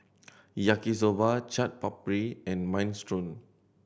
Yaki Soba Chaat Papri and Minestrone